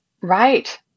Right